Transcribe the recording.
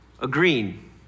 agreeing